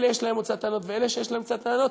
אלה יש להם עוד קצת טענות ואלה יש להם קצת טענות,